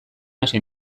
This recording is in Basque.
hasi